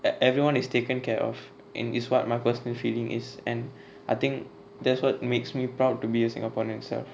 eh everyone is taken care of and it's what my personal feeling is and I think that's what makes me proud to be a singaporean itself